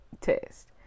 test